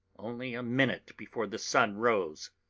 only a minute before the sun rose.